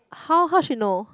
how how she know